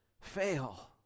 fail